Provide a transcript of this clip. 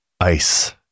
Ice